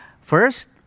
First